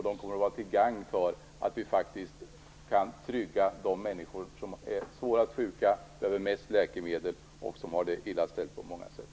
Vi kommer att kunna trygga situationen för de människor som är svårast sjuka och behöver mest läkemedel och som har det illa ställt på många sätt.